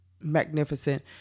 magnificent